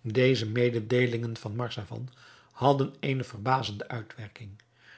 deze mededeelingen van marzavan hadden eene verbazende uitwerking